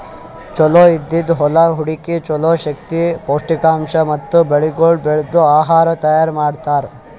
ಚಲೋ ಇದ್ದಿದ್ ಹೊಲಾ ಹುಡುಕಿ ಚಲೋ ಶಕ್ತಿ, ಪೌಷ್ಠಿಕಾಂಶ ಮತ್ತ ಬೆಳಿಗೊಳ್ ಬೆಳ್ದು ಆಹಾರ ತೈಯಾರ್ ಮಾಡ್ತಾರ್